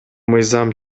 мыйзам